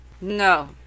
No